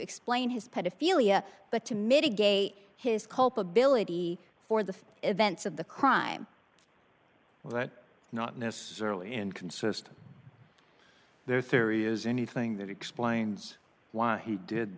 explain his pedophilia but to mitigate his culpability for the events of the crime but not necessarily inconsistent their theory is anything that explains why he did